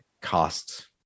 costs